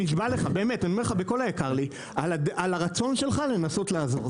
על הרצון שלך לנסות לעזור.